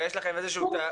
יש לכם איזשהו תהליך?